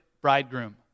bridegroom